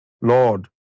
Lord